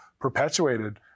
perpetuated